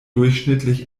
durchschnittlich